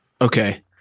Okay